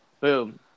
Boom